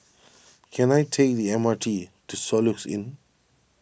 can I take the M R T to Soluxe Inn